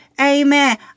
Amen